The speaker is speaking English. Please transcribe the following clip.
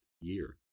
year